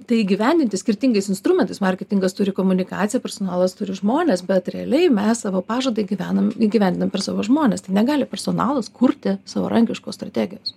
tai įgyvendinti skirtingais instrumentais marketingas turi komunikaciją personalas turi žmones bet realiai mes savo pažadą įgyvenam įgyvendinam per savo žmone tais negali personalas kurti savarankiškos strategijos